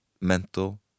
mental